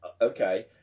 Okay